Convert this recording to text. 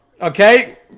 okay